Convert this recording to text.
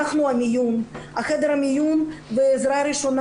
אנחנו חדר המיון ועזרה ראשונה,